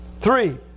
Three